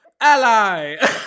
Ally